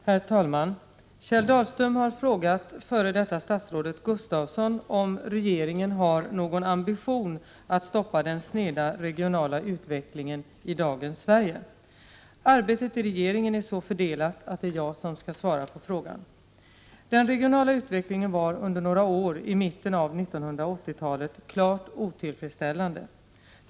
Herr talman! Kjell Dahlström har frågat förutsvarande statsrådet Gustafsson om regeringen har någon ambition att stoppa den sneda regionala utvecklingen i dagens Sverige. Arbetet i regeringen är så fördelat att det är jag som skall svara på frågan. Den regionala utvecklingen var under några år i mitten av 1980-talet klart otillfredsställande.